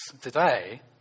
today